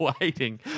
waiting